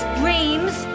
dreams